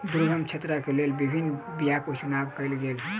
दुर्गम क्षेत्रक लेल विभिन्न बीयाक चुनाव कयल गेल